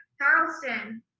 Charleston